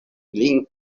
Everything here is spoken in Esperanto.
lin